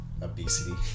obesity